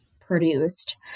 produced